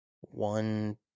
one